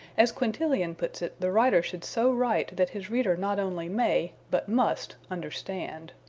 as quintilian puts it, the writer should so write that his reader not only may, but must, understand.